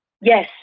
Yes